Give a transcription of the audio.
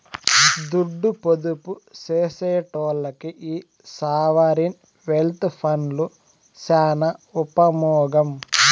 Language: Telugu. దుడ్డు పొదుపు సేసెటోల్లకి ఈ సావరీన్ వెల్త్ ఫండ్లు సాన ఉపమోగం